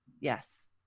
Yes